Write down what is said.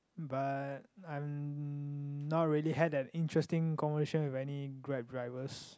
but I'm not really had that interesting conversation with any Grab drivers